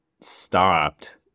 stopped